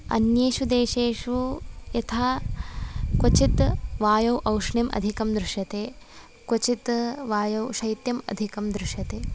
अन्येषु देशेषु यथा क्वचित् वायौ औष्ण्यं दृश्यते क्वचित् वायौ शैत्यं अधिकं दृश्यते